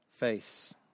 face